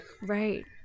Right